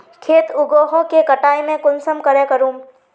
खेत उगोहो के कटाई में कुंसम करे करूम?